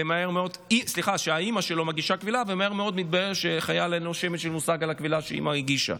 ומהר מאוד מתבהר שלחייל אין שמץ של מושג על הקבילה שהאימא הגישה.